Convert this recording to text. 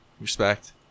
Respect